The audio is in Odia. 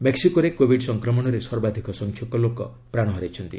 ମେକ୍ନିକୋରେ କୋବିଡ୍ ସଂକ୍ରମଣରେ ସର୍ବାଧିକ ସଂଖ୍ୟକ ଲୋକ ପ୍ରାଣ ହରାଇଛନ୍ତି